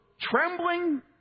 trembling